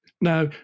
now